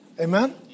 amen